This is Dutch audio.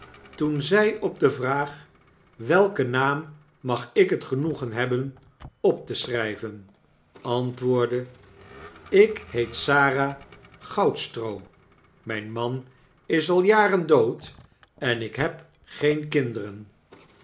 toen zy op de vraag welken naam mag ik het genoegen hebben op te schrijven antwoordde jk heet sara goudstroo myn man is al jaren dood en ik heb geen kinderen